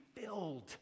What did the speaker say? filled